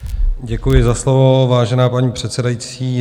Děkuji za slovo, vážená paní předsedající.